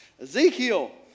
Ezekiel